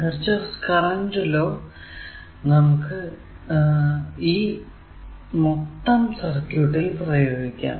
Kirchhoff's current law നമുക്ക് ഈ 0മൊത്തം സർക്യൂട്ടിൽ പ്രയോഗിക്കാം